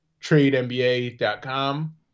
TradeNBA.com